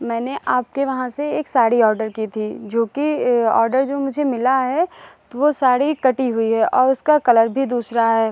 मैंने आपके वहाँ से एक साड़ी ऑर्डर किया था जोकि ऑर्डर जो मुझे मिला है तो वह साड़ी कटी हुई है और उसका कलर भी दूसरा है